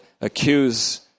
accuse